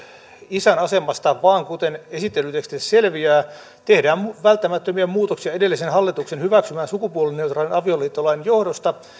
isän asemasta vaan kuten esittelytekstistä selviää tehdään välttämättömiä muutoksia edellisen hallituksen hyväksymän sukupuolineutraalin avioliittolain johdosta